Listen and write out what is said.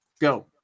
go